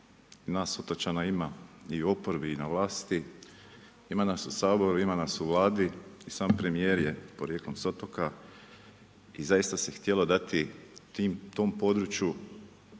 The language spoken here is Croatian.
nas otočana ima i u oporbi i na vlasti, ima nas u saboru, ima nas u Vladi, sam premjer je s jednog otoka i zaista se htjelo dati tom području